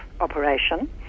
operation